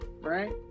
right